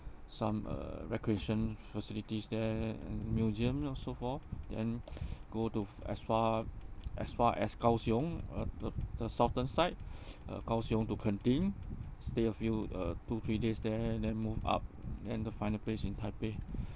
some uh recreation facilities there and museum and so forth then go to f~ as far as far as kaohsiung uh the the southern side uh kaohsiung to kenting stay a few uh two three days there then move up then the final place in taipei